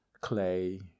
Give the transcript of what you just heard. clay